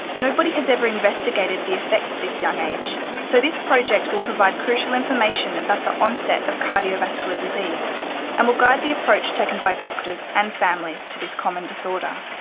nobody has ever investigated the effects at this young age, so this project will provide crucial information about the onset of cardiovascular disease and will guide the approach taken by doctors and families to this common disorder.